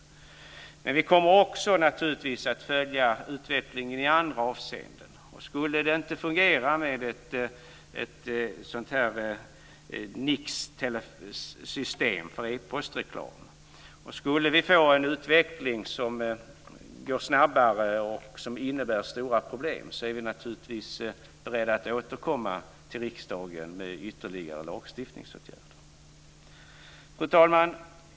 Men vi kommer också naturligtvis att följa utvecklingen i andra avseenden. Skulle det inte fungera med ett sådant här NIX-system för epostreklam, och skulle vi få en utveckling som går snabbare och som innebär stora problem, så är vi naturligtvis beredda att återkomma till riksdagen med ytterligare lagstiftningsåtgärder. Fru talman!